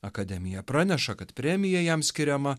akademija praneša kad premija jam skiriama